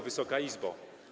Wysoka Izbo!